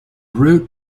route